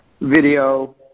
video